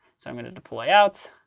so i'm going to deploy out.